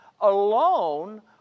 alone